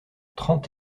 trente